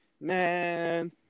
Man